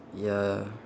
ya